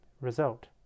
result